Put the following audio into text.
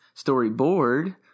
Storyboard